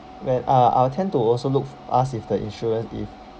where uh I'll tend to also look ask if the insurance if